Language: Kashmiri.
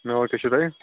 ناو کیٛاہ چھُو تۄہہِ